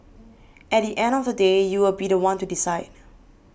at the end of the day you will be the one to decide